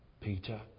Peter